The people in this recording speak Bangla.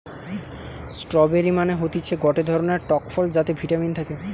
স্ট্রওবেরি মানে হতিছে গটে ধরণের টক ফল যাতে ভিটামিন থাকে